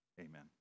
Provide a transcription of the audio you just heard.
Amen